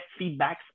feedbacks